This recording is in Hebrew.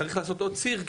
צריך לעשות עוד ציר,